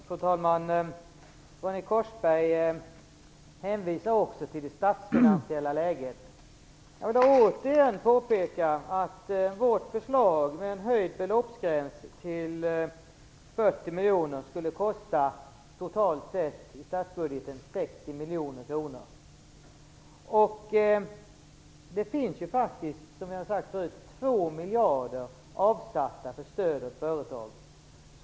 Fru talman! Ronny Korsberg hänvisar till det statsfinansiella läget. Jag vill återigen påpeka att vårt förslag med en höjd beloppsgräns till 40 miljoner skulle kosta totalt sett 60 miljoner kronor i statsbudgeten. Det finns, som jag tidigare sade, 2 miljarder avsatta för stöd till företag.